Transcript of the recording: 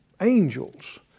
angels